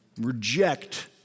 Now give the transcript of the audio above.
reject